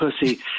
pussy